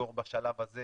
לסגור בשלב הזה